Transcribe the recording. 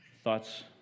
Thoughts